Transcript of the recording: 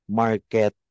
market